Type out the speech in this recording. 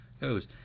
goes